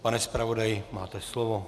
Pane zpravodaji, máte slovo.